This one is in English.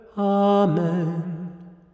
Amen